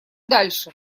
дальше